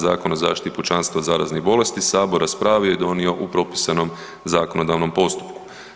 Zakona o zaštiti pučanstva od zaraznih bolesti Sabor raspravio i donio u propisanom zakonodavnom postupku“